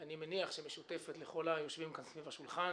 שאני מניח שמשותפת לכל היושבים סביב השולחן,